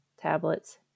tablets